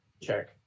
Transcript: check